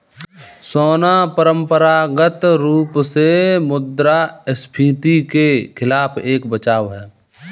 सोना परंपरागत रूप से मुद्रास्फीति के खिलाफ एक बचाव है